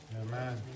Amen